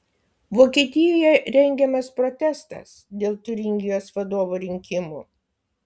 vokietijoje rengiamas protestas dėl tiuringijos vadovo rinkimų